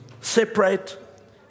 separate